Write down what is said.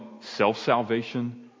self-salvation